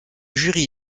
jury